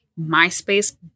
MySpace